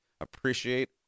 appreciate